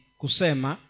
kusema